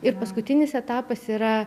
ir paskutinis etapas yra